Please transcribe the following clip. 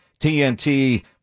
TNT